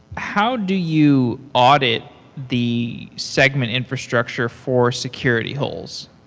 how do you audit the segment infrastructure for security holes?